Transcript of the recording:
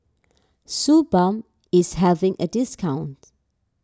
Suu Balm is having a discount